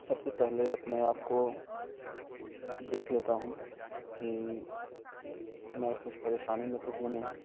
सबसे पहले अपने आप को देख लेता हूँ कि मैं कुछ परेशानी में तो हूँ नहीं